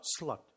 slut